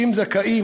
שהם זכאים,